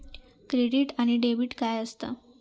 Credit आणि debit काय असता?